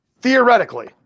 theoretically